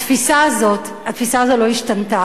התפיסה הזאת לא השתנתה.